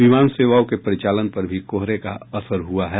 विमान सेवाओं के परिचालन पर भी कोहरे का असर हुआ है